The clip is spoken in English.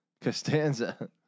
Costanza